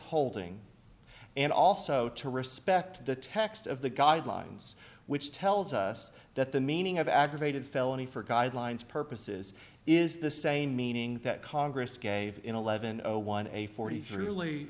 holding and also to respect the text of the guidelines which tells us that the meaning of aggravated felony for guidelines purposes is the same meaning that congress gave in eleven o one a forty